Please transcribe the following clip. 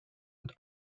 into